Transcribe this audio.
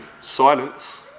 silence